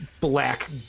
black